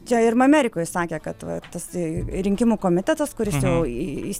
čia ir amerikoj sakė kad va tasai rinkimų komitetas kuris jau į į